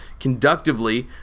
conductively